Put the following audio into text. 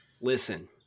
Listen